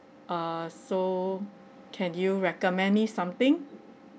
err so can you recommend me something